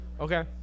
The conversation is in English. Okay